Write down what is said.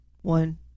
One